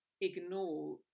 ignore